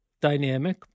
dynamic